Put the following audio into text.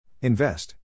Invest